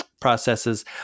processes